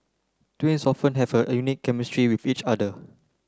twins often have a unique chemistry with each other